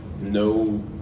no